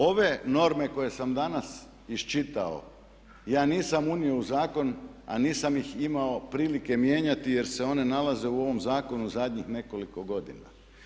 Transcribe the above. Ove norme koje sam danas iščitao ja nisam unio u zakon a nisam ih imao prilike mijenjati jer se one nalaze u ovom zakonu zadnjih nekoliko godina.